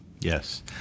Yes